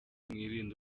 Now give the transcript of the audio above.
mwirinde